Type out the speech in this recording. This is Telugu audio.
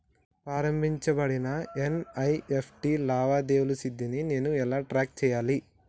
ప్రారంభించబడిన ఎన్.ఇ.ఎఫ్.టి లావాదేవీల స్థితిని నేను ఎలా ట్రాక్ చేయాలి?